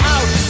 Out